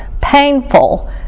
painful